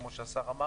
כמו שהשר אמר,